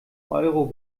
euro